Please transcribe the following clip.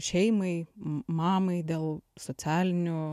šeimai mamai dėl socialinių